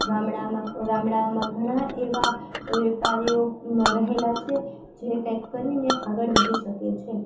ગામડાઓમાં ઘણાં એવાં વેપારીઓ રહેલાં છે જે કાંઈક કરીને આગળ વધી શકે છે